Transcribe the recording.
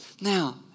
Now